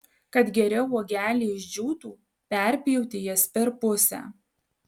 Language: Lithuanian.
kad geriau uogelės džiūtų perpjauti jas per pusę